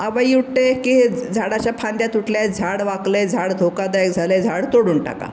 आवई उठते की हे झाडाच्या फांद्या तुटल्या आहेत झाड वाकलं आहे झाड धोकादायक झालं आहे झाड तोडून टाका